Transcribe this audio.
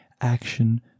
action